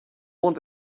want